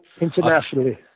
internationally